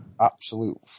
absolute